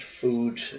food